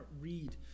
read